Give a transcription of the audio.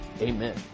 Amen